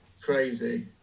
crazy